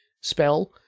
spell